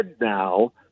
now